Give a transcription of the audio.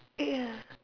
ya